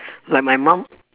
like my mum